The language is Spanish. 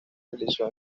realizó